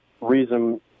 reason